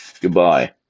goodbye